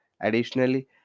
additionally